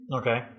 Okay